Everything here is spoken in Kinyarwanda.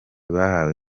bahawe